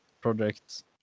project